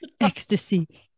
ecstasy